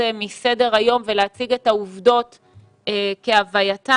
מסדר היום ולהציג את העובדות כהווייתן.